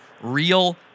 real